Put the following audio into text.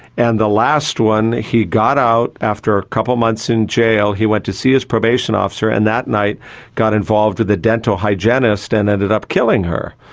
and the last one he got out after a couple of months in jail, he went to see his probation officer, and that night got involved with a dental hygienist and ended up killing her.